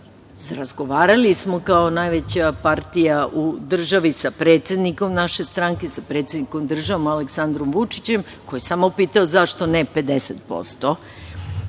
razgovarali smo kao najveća partija u državi sa predsednikom naše stranke, sa predsednikom države Aleksandrom Vučićem, koji je samo pitao – zašto ne 50%